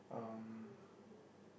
um